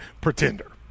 pretender